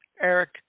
Eric